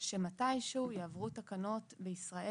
שמתישהו יעברו תקנות בישראל.